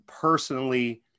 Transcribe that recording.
personally